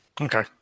Okay